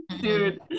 dude